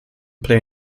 play